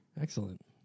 excellent